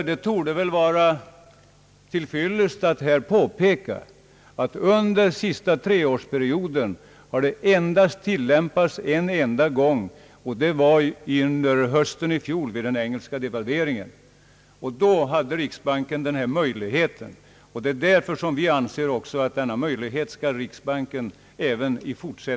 Det torde vara av värde att påpeka, att lagen under den sista treårsperioden bara har tilllämpats en enda gång, nämligen i fjol höst i samband med den engelska devalveringen. Vi anser att riksbanken även i fortsättningen skall ha denna möjlighet.